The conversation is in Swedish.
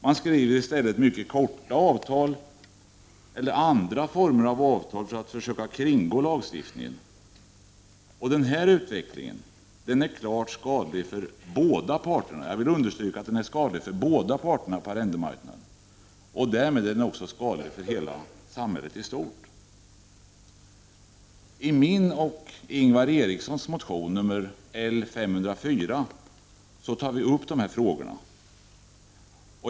Man skriver i stället mycket korta avtal, eller andra former av avtal för att försöka kringgå lagstiftningen. Denna utveckling är klart skadlig för båda parterna på arrendemarknaden. Därmed är den också skadlig för hela samhället. I min och Ingvar Erikssons motion 1988/89:L504 tar vi upp de här frågorna.